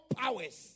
powers